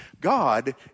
God